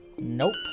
Nope